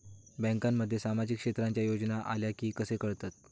बँकांमध्ये सामाजिक क्षेत्रांच्या योजना आल्या की कसे कळतत?